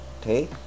okay